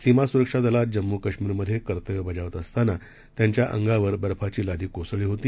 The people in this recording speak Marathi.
सीमासुरक्षादलातजम्मू कश्मीरमधेकर्तव्यबजावतअसतानात्यांच्याअंगावरबर्फाचीलादीकोसळलीहोती